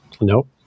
Nope